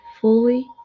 fully